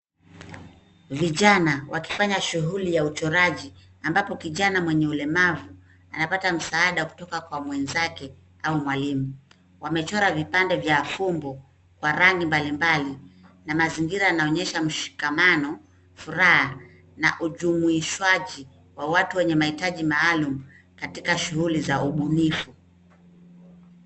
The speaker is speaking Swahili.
Vijana wakifanya shughuli ya uchoraji ambapo kijana mwenye ulemavu anapata msaada kutoka kwa mwenzake au mwalimu. Wamechora vipande vya fumbo kwa rangi mbalimbali na mazingira yanaonyesha mshikamano, furaha na ujumuishaji wa watu wenye mahitaji maalumu katika shughuli za ubunifu.